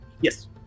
Yes